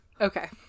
Okay